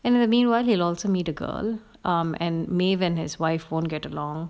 and in the meanwhile he also meet a girl and maeve and his wife won't get along